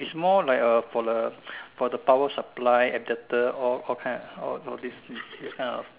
it's more like a for the for the power supply adaptor all all kind all kind this kind of